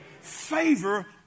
Favor